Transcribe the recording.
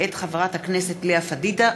מאת חברי הכנסת לאה פדידה,